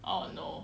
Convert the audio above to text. oh no